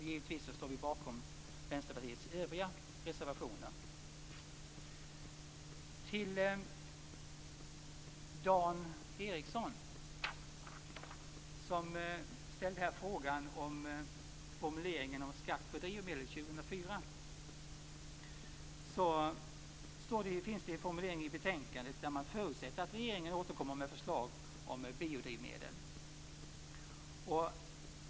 Givetvis står vi också bakom Vänsterpartiets övriga reservationer. Till Dan Ericsson, som ställde frågan om formuleringen av skatt på drivmedel år 2004, vill jag säga att det finns en formulering i betänkandet där man förutsätter att regeringen skall återkomma med förslag om biodrivmedel.